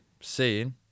seeing